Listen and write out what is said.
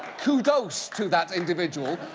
kudos to that individual.